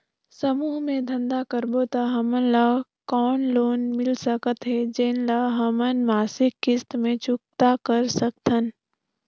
समूह मे धंधा करबो त हमन ल कौन लोन मिल सकत हे, जेन ल हमन मासिक किस्त मे चुकता कर सकथन?